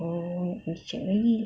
oh check lagi